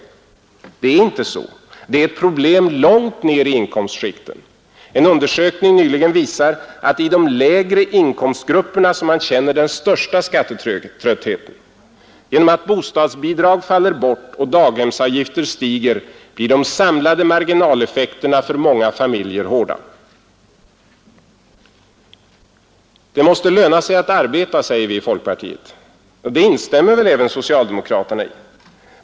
Så är det inte — det är ett problem långt ner i inkomstskikten. En undersökning nyligen visar att det är i de lägre inkomstklasserna som man känner den största skattetröttheten. Genom att bostadsbidrag faller bort och daghemsavgifter stiger blir de samlade marginaleffekterna för många familjer hårda. Det måste löna sig att arbeta säger vi i Folkpartiet. Det instämmer väl även socialdemokraterna i.